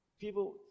people